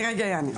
אני רגע אענה.